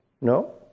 No